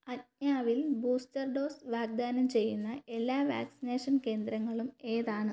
അഞ്ജാവിൽ booster dose വാഗ്ദാനം ചെയ്യുന്ന എല്ലാ വാക്സിനേഷൻ കേന്ദ്രങ്ങളും ഏതാണ്